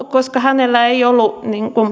koska hänellä ei ollut